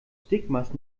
stigmas